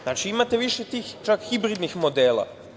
Znači, imate više tih hibridnih modela.